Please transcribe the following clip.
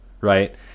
right